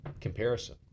comparison